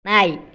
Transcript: ನಾಯಿ